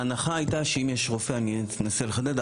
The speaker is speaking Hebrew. אני אנסה לחדד.